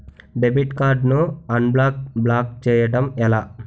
Debit card ను unblock block చేయటం ఎలా?